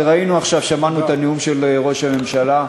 ראינו עכשיו, שמענו את הנאום של ראש הממשלה.